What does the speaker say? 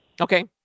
Okay